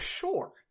sure